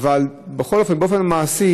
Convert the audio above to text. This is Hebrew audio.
אבל בכל אופן, באופן מעשי,